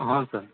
ହଁ ସାର୍